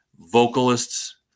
vocalists